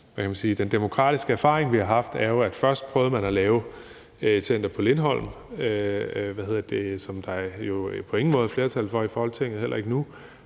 sige, demokratiske erfaring, vi har haft, jo er, at først prøvede man at lave et center på Lindholm, som der jo på ingen måde var flertal for i Folketinget, heller ikke nu,